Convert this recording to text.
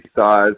size